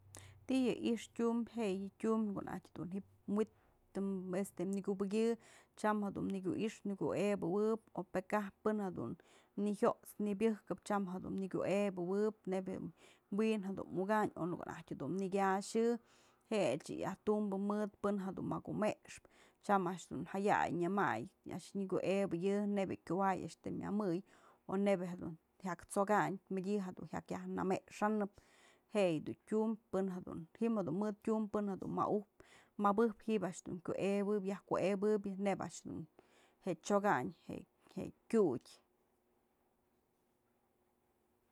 Ti'i yë i'ixtë tyumbë, je'e yë tyumbë në ko'o najtyë dun wi'it tëm, este nëkubëkyë tyam jadun nëkyu i'ixë, nëkuebëwëb o pë kaj pë jedun nëjyot's nëbyëjkëp tyam jedun nyakuebëwëb nebya je'e wi'in jedun mukanyë onë ko'o naj dun nëkyaxë jë a'ax yë yajtumbë mëd pën jedun makumexpë tyam a'ax dun jaya'ay nyëmay we'en a'ax nyakuebëyë neyb je'e kuay a'ax të myamëy o nebyë jedun jyak t'skanyë mëdyë jedun jyak yaj nëmexänëp je'e yë tyumbë pën jedun, ji'im jedun mët tyumbë pën jedun maujpë mabëjpë ji'ibyë a'ax dun kuebëbë, yaj kuebëbyë neyb a'ax jedun je'e chiokanyë je'e kyutë.